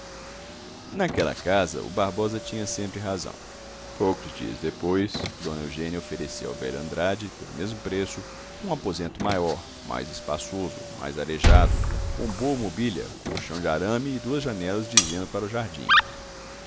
naquela casa o barbosa tinha sempre razão poucos dias depois dona eugênia oferecia ao velho andrade pelo mesmo preço um aposento maior mais espaçoso mais arejado com boa mobília colchão de arame e duas janelas dizendo para o jardim